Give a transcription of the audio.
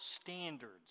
standards